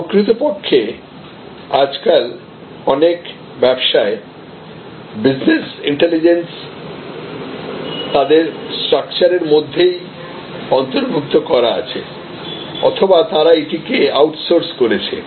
প্রকৃতপক্ষে আজকাল অনেক ব্যবসায়বিজনেস ইন্টেলিজেন্স তাদের স্ট্রাকচার এর মধ্যেই অন্তর্ভুক্ত করা আছে অথবা তারা এটিকে আউটসোর্স করেছে